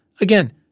Again